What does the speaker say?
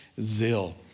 zeal